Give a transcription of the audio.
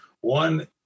one